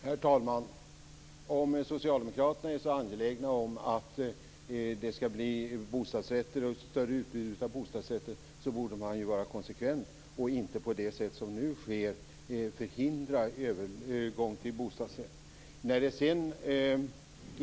Herr talman! Om socialdemokraterna är så angelägna om att det skall bli ett större utbud av bostadsrätter borde man vara konsekvent och inte på det sätt som nu sker förhindra övergång till bostadsrätt.